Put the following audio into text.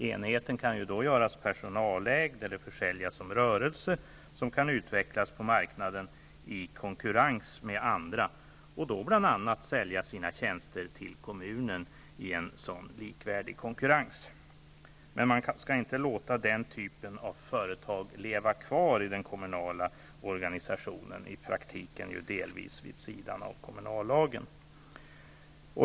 Enheten kan då göras personalägd eller försäljas som rörelse, som kan utvecklas på marknaden i konkurrens med andra och då, inom ramen för denna likvärdiga konkurrens, bl.a. sälja sina tjänster till kommunen. Man skall emellertid inte låta den typen av företag leva kvar inom den kommunala organisationen, i praktiken delvis vid sidan av kommunallagen.